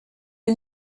une